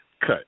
cut